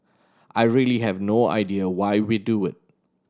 I really have no idea why we do it